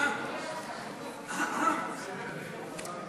(אישור מיוחד ואי-התרת הוצאה לצורכי מס בשל תגמול